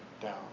down